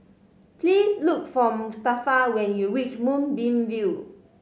please look for Mustafa when you reach Moonbeam View